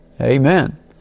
Amen